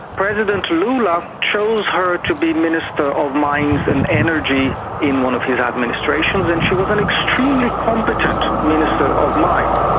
president lula chose her to be minister of mines and energy in one of his administrations and she was an extremely competent minister of mines.